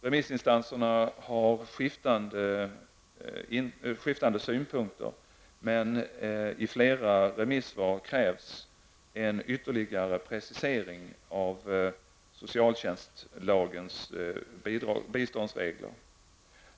Remissinstanserna har skiftande synpunkter, men i flera remissvar krävs en ytterligare precisering av socialtjänstlagens biståndsregler.